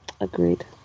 Agreed